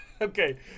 Okay